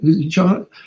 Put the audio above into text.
John